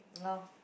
no